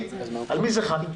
101.5% על מי זה חל?